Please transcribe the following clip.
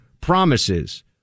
promises